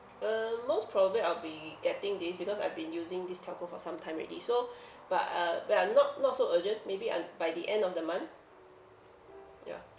uh most probably I'll be getting this because I've been using this telco for sometime already so but uh we are not not so urgent maybe un~ by the end of the month ya